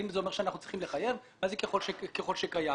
מה זה ככל שקיים?